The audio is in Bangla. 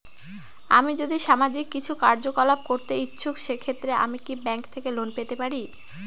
আমি যদি সামাজিক কিছু কার্যকলাপ করতে ইচ্ছুক সেক্ষেত্রে আমি কি ব্যাংক থেকে লোন পেতে পারি?